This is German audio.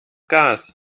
gas